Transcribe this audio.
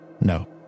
no